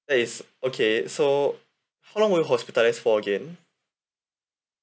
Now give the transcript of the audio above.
that is okay so how long were you hospitalised for again